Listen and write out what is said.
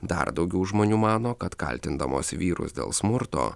dar daugiau žmonių mano kad kaltindamos vyrus dėl smurto